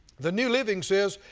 the new living says,